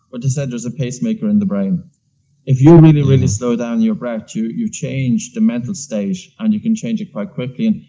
but they said there's a pacemaker in the brain if you really, really slow down your breath, you you change the mental state, and you can change it quite quickly.